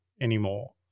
anymore